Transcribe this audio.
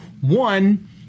One